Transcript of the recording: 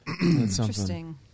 interesting